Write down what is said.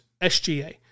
SGA